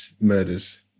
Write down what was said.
murders